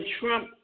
Trump